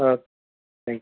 okay thank you